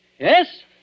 Yes